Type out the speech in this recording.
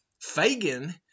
Fagan